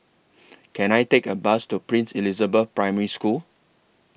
Can I Take A Bus to Princess Elizabeth Primary School